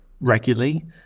regularly